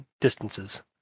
distances